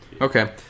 Okay